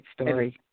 story